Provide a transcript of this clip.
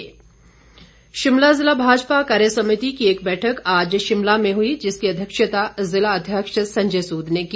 भाजपा बैठक शिमला जिला भाजपा कार्यसमिति की एक बैठक आज शिमला में हुई जिसकी अध्यक्षता जिला अध्यक्ष संजय सुद ने की